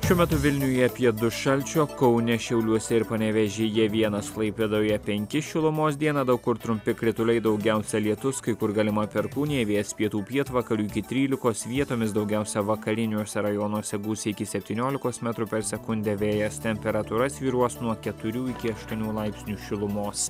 šiuo metu vilniuje apie du šalčio kaune šiauliuose ir panevėžyje vienas klaipėdoje penki šilumos dieną daug kur trumpi krituliai daugiausia lietus kai kur galima perkūnija vėjas pietų pietvakarių iki trylikos vietomis daugiausia vakariniuose rajonuose gūsiai iki septyniolikos metrų per sekundę vėjas temperatūra svyruos nuo keturių iki aštuonių laipsnių šilumos